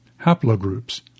haplogroups